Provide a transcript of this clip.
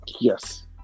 Yes